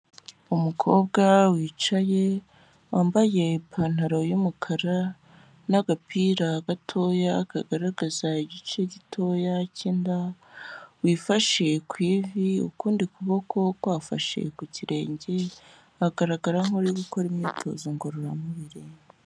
Umukobwa wicaye wambaye ipantaro y'umukara n' agapira gatoya kagaragaza igice gitoya cy'inda, wifashe k'ivi, ukundi kuboko kwafashe ku kirenge, agaragara nk'uri gukora imyitozo ngororamubiri.